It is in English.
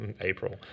april